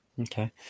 Okay